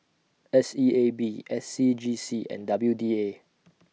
S E A B S C G C and W D A